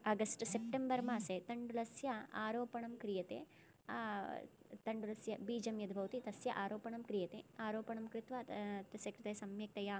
August September मासे तण्डुलस्य आरोपणं क्रियते तण्डुलस्य बीजं यद्भवति तस्य आरोपणं क्रियते आरोपणं कृत्वा तस्य कृते सम्यक्तया